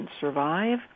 survive